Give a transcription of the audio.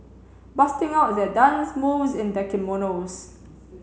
busting out their dance moves in their kimonos